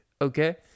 okay